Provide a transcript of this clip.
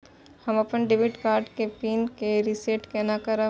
हम अपन debit card के पिन के रीसेट केना करब?